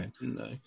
No